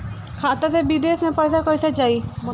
खाता से विदेश मे पैसा कईसे जाई?